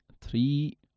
three